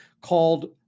called